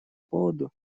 поводу